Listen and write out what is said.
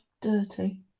dirty